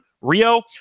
Rio